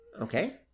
Okay